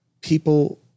People